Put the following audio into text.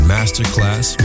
Masterclass